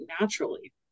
naturally